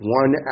one